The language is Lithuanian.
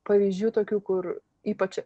pavyzdžių tokių kur ypač